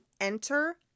enter